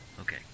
Okay